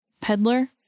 peddler